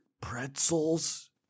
pretzels